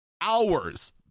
Hours